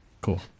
Cool